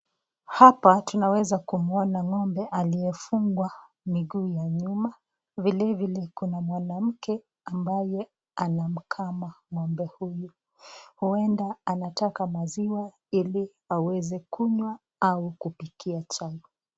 Hapa tunaweza kumuona ng'ombe aliyefungwa miguu ya nyuma vile vile kuna mwanamke ambaye anamkama ng'ombe huyu. Hueda anataka maziwa ili aweze kunywa au aweze kupikia chai.